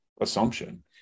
assumption